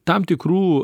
tam tikrų